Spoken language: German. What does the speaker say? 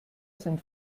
sind